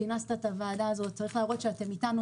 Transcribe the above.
שכינסת את הוועדה הזאת צריך להראות שאתם איתנו,